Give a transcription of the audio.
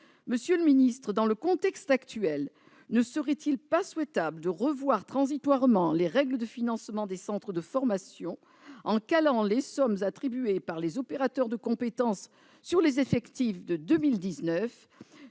Monsieur le secrétaire d'État, dans le contexte actuel, ne serait-il pas souhaitable, d'une part, de revoir transitoirement les règles de financement des centres de formation, en calant les sommes attribuées par les opérateurs de compétences sur les effectifs de 2019,